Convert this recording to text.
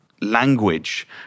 language